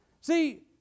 See